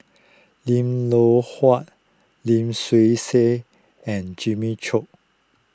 Lim Loh Huat Lim Swee Say and Jimmy Chok